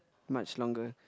much longer